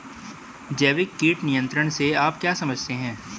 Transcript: जैविक कीट नियंत्रण से आप क्या समझते हैं?